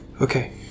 Okay